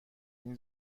این